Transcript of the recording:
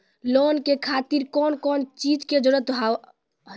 Loan के खातिर कौन कौन चीज के जरूरत हाव है?